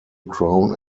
crown